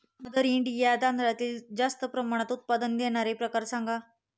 mother India तांदळातील जास्त प्रमाणात उत्पादन देणारे प्रकार सांगा